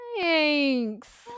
Thanks